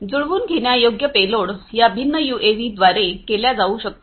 जुळवून घेण्यायोग्य पेलोड या भिन्न यूएव्हीद्वारे केल्या जाऊ शकतात